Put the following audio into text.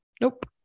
Nope